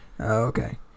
Okay